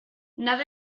nada